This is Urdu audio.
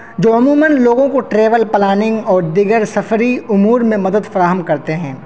جو عموماً لوگوں کو ٹریول پلاننگ اور دیگر سفری امور میں مدد فراہم کرتے ہیں